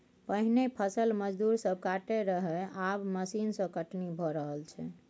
पहिने फसल मजदूर सब काटय रहय आब मशीन सँ कटनी भए रहल छै